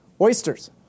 Oysters